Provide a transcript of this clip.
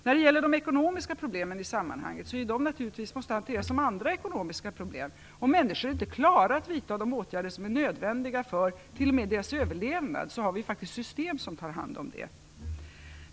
När det gäller de ekonomiska problemen i sammanhanget, är det naturligtvis så som det är med alla andra ekonomiska problem. Om människor inte klarar att vidta de åtgärder som är nödvändiga t.o.m. för deras överlevnad, finns det system som tar hand om det.